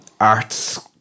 Arts